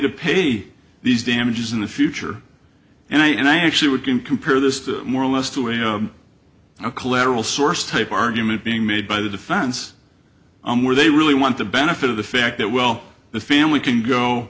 to pay these damages in the future and i and i actually would can compare this more or less to a you know a collectible source type argument being made by the defense where they really want the benefit of the fact that well the family can go